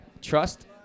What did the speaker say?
Trust